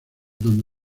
donde